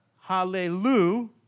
Hallelujah